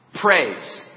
Praise